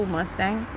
Mustang